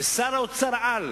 ושר האוצר העל,